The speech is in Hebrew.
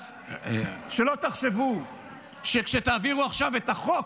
שלא תחשבו שכשתעבירו עכשיו את החוק,